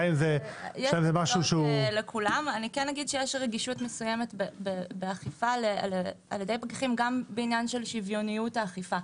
יש רגישות מסוימת באכיפה על-ידי פקחים גם בעניין של שוויוניות האכיפה,